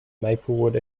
maplewood